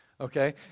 okay